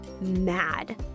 mad